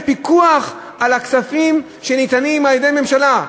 פיקוח על הכספים שניתנים על-ידי הממשלה?